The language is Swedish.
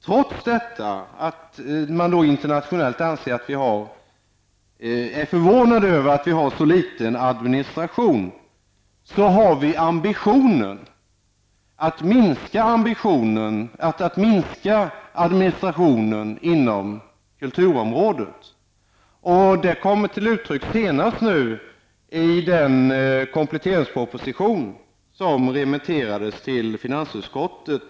Trots att man internationellt sett är förvånad över att vi har en sådan liten administration, har vi ambitionen att minska administrationen inom kulturområdet. Detta kom senast till uttryck i den kompletteringsproposition som i går remitterades till finansutskottet.